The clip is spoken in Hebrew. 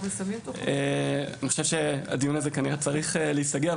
אני חושב שהדיון הזה כנראה צריך להיסגר,